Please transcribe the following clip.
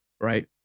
right